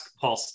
Paul